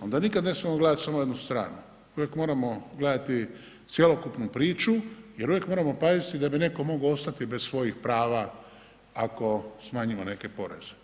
onda nikad ne smijemo gledati samo jednu stranu, uvijek moramo gledati cjelokupnu priču jer uvijek moramo paziti da bi netko mogao ostati bez svojih prava ako smanjimo neke poreze.